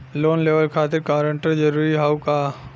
Loan लेवब खातिर guarantor जरूरी हाउ का?